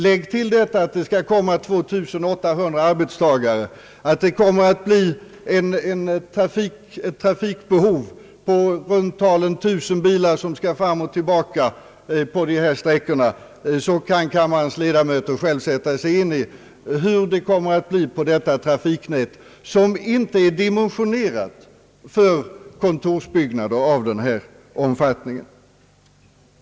Lägg därtill att det skall komma ytterligare 2800 arbetstagare, att det kommer att bli ett trafikbehov på i runt tal 1 000 bilar till som skall fram och tillbaka på dessa sträckor, så kan kammarens ledamöter själva sätta sig in i hur det kommer att bli på detta trafiknät som inte är dimensionerat för kontorsverksamhet av denna omfattning.